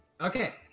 Okay